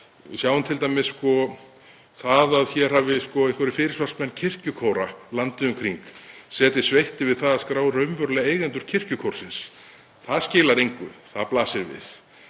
Við sjáum t.d. að einhverjir fyrirsvarsmenn kirkjukóra landið um kring hafa setið sveittir við að skrá raunverulega eigendur kirkjukórsins. Það skilar engu. Það blasir við.